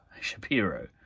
Shapiro